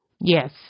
Yes